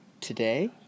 today